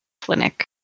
clinic